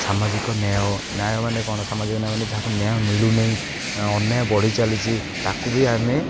ସାମାଜିକ ନ୍ୟାୟ ନ୍ୟାୟ ମାନେ କ'ଣ ସାମାଜିକ ନ୍ୟାୟ ମାନ ଯାହାକୁ ନ୍ୟାୟ ମିଳୁନାହିଁ ଅନ୍ୟାୟ ବଢ଼ି ଚାଲିଛି ତାକୁ ବି ଆମେ